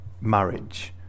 marriage